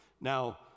Now